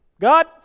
God